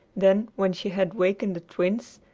then, when she had wakened the twins,